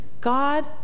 God